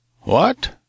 What